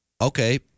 okay